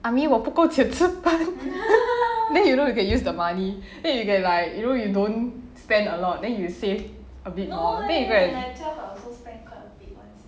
I mean 我不够钱吃饭 then you know you can use the money then you get like you know you don't spend a lot then you will save a bit hor then you go